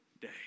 day